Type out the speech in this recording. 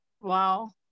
wow